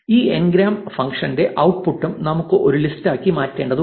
ഈ എൻഗ്രാംസ് ഫംഗ്ഷന്റെ ഔട്ട്പുട്ടും നമുക്ക് ഒരു ലിസ്റ്റാക്കി മാറ്റേണ്ടതുണ്ട്